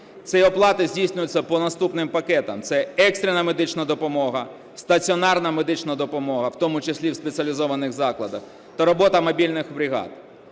Ці оплати здійснюються по наступним пакетам: це екстерна медична допомога, стаціонарна медична допомога, в тому числі і в спеціалізованих закладах, та робота мобільних бригад.